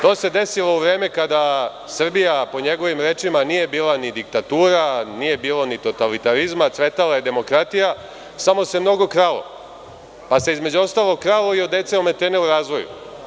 To se desilo u vreme kada Srbija, po njegovim rečima, nije bila ni diktatura, nije bilo ni totalitarizma, cvetala je demokratija, samo se mnogo kralo, pa se između ostalog kralo od dece ometene u razvoju.